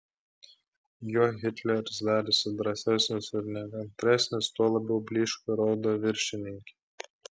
juo hitleris darėsi drąsesnis ir nekantresnis tuo labiau blyško ir raudo viršininkė